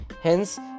hence